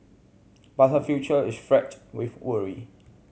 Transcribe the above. but her future is fraught with worry